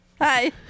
Hi